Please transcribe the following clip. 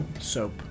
soap